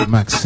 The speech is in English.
Max